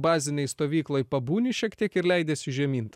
bazinėj stovykloj pabūni šiek tiek ir leidiesi žemyn